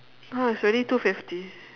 !huh! it's already two fifty